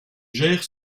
gère